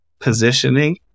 positioning